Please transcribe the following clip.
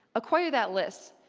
acquire that list.